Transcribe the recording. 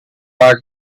but